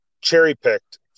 cherry-picked